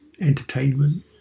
entertainment